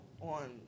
on